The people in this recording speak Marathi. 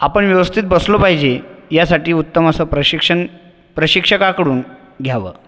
आपण व्यवस्थित बसलो पाहिजे यासाठी उत्तम असं प्रशिक्षण प्रशिक्षकाकडून घ्यावं